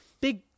big